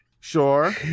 Sure